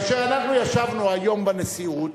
ואנחנו ישבנו היום בנשיאות